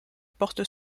porte